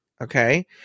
okay